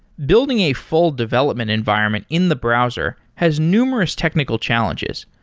building a full development environment in the browser has numerous technical challenges.